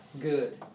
good